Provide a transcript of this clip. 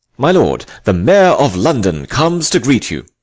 my lord, the mayor of london comes to greet you.